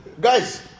Guys